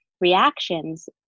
reactions